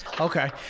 Okay